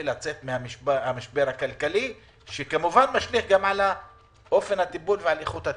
לצאת מהמשבר שמשליך על אופן הטיפול ואיכות הטיפול?